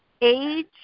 age –